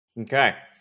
Okay